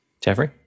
jeffrey